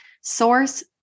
source